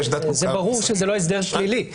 ברור שזה לא הסדר שלילי.